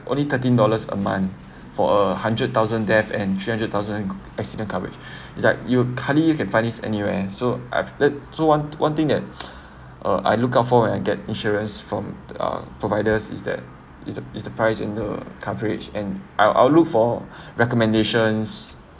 only thirteen dollars a month for a hundred thousand death and three hundred thousand accident coverage is like hardly you can find it anywhere so I've let so one one thing that uh I look out for when I get insurance from uh providers is that is the is the price and the coverage and I'll I'll look for recommendations